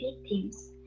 victims